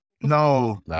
no